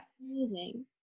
Amazing